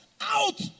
out